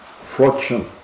fortune